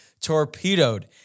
torpedoed